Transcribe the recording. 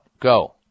Go